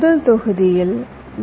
முதல் தொகுதியில் வி